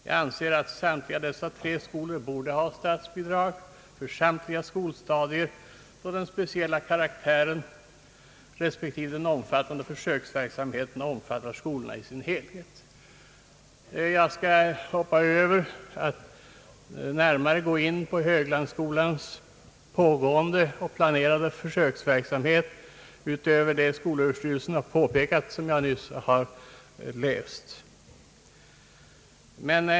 Jag anser att alla dessa tre skolor borde ha statsbidrag för samtliga skolstadier, då den speciella karaktären respektive den omfattande försöksverksamheten = gäller skolorna i dess helhet. Jag skall inte närmare gå in på Höglandsskolans pågående och planerade försöksverksamhet utöver vad skolöverstyrelsen påpekat och jag nyss har återgivit.